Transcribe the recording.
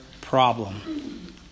problem